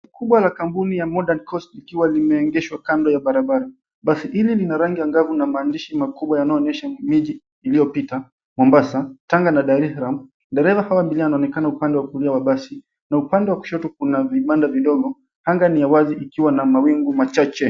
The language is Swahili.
Kubwa la kampuni ya Modern Coast ikiwa limeegeshwa kando ya barabara. Basi hili lina rangi angavu na maandishi makubwa yanyoonyesha miji iliyopita Mombasa, Tanga na Daresalaam. Dereva au abiria anaonekana upande wa kulia wa basi na upande wa kushoto kuna vibanda vidogo. Anga ni ya wazi na mawingu machache.